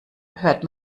hört